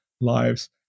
lives